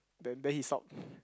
then then he stop